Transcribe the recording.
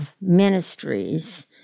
ministries